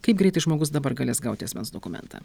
kaip greitai žmogus dabar galės gauti asmens dokumentą